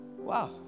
wow